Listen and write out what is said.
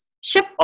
Ship